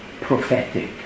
prophetic